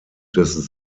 des